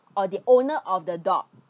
or the owner of the dog